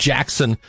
Jackson